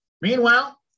Meanwhile